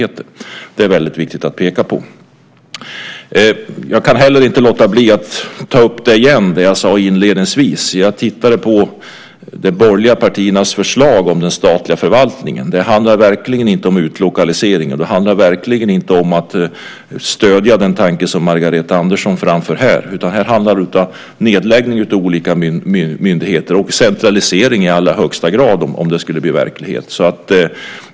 Det är det väldigt viktigt att peka på. Jag kan inte heller låta bli att återigen ta upp det som jag sade inledningsvis. Jag tittade på de borgerliga partiernas förslag om den statliga förvaltningen. Det handlar verkligen inte om utlokaliseringar. Det handlar verkligen inte om att stödja den tanke som Margareta Andersson framför här. Här handlar det om nedläggning av olika myndigheter och centralisering i allra högsta grad om det skulle bli verklighet.